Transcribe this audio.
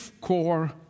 core